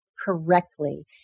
correctly